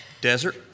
desert